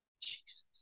Jesus